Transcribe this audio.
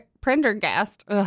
Prendergast